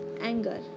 anger